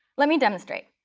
let me demonstrate.